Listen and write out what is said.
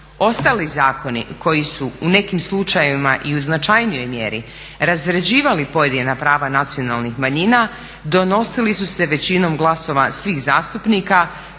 Ostali zakoni koji su u nekim slučajevima i u značajnijoj mjeri razrađivali pojedina prava nacionalnih manjina donosili su se većinom glasova svih zastupnika